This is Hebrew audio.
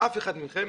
אף אחד מכם